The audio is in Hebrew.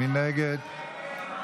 מי נגד?